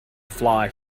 fly